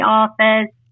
office